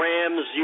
Rams